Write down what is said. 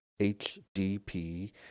HDP